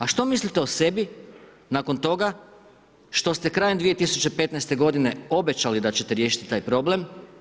A što mislite o sebi nakon toga što ste krajem 2015. godine obećali da ćete riješiti taj problem.